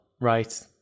right